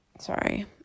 Sorry